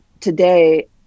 today